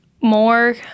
more